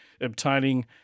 obtaining